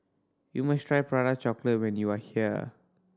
you must try Prata Chocolate when you are here